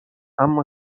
اما